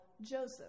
Joseph